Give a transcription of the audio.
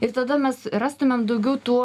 ir tada mes rastumėm daugiau tų